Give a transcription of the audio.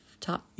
top